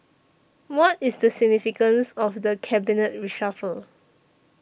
what is the significance of the cabinet reshuffle